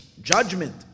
Judgment